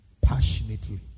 passionately